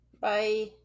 Bye